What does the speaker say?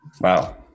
Wow